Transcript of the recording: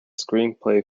screenplay